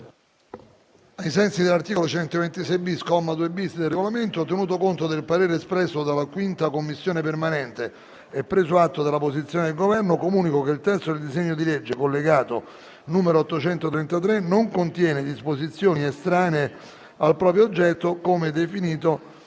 Ai sensi dell'articolo 126-*bis*, comma 2-*bis*, del Regolamento, tenuto conto del parere espresso dalla 5a Commissione permanente e preso atto della posizione del Governo, comunico che il testo del disegno di legge collegato, n. 833, non contiene disposizioni estranee al proprio oggetto, come definito